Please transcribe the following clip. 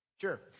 Sure